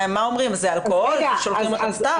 מה אומרים, זה אלכוהול ושולחים אותן סתם?